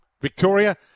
Victoria